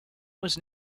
was